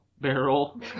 Barrel